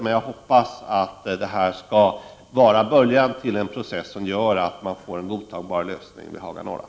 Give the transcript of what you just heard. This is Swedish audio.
Men jag hoppas att detta skall vara början till en process som bidrar till att vi får en godtagbar lösning vid Haga Norra.